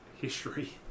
history